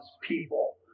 people